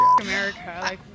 America